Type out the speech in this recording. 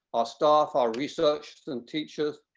our staff, our research and teachers,